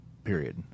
Period